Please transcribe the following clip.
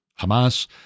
Hamas